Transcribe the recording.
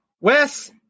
Wes